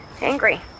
angry